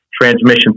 transmission